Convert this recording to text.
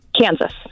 Kansas